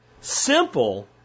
Simple